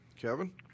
Kevin